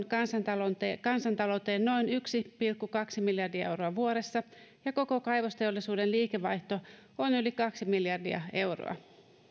kansantalouteen on noin yksi pilkku kaksi miljardia euroa vuodessa ja koko kaivosteollisuuden liikevaihto on yli kaksi miljardia euroa